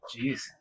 Jeez